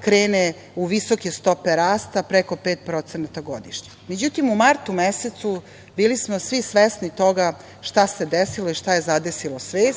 krene u visoke stope rasta preko 5% godišnje.Međutim, u martu mesecu bili smo svi svesni toga šta se desilo i šta je zadesilo svet.